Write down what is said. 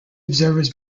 observers